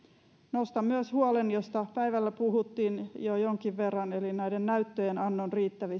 nostan myös huolen josta päivällä puhuttiin jo jonkin verran eli näiden näyttöjen annon riittävät